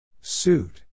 Suit